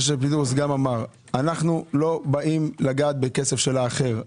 מה שפינדרוס אמר - אנו לא באים לגעת בכסף האחר.